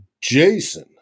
Jason